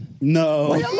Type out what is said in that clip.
No